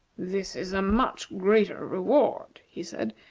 this is a much greater reward, he said,